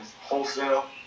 wholesale